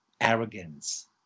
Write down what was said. arrogance